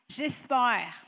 J'espère